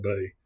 day